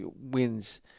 wins